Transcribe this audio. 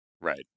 Right